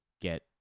get